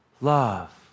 love